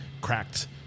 cracked